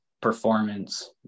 performance